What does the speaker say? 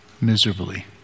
miserably